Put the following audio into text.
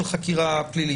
פלילית.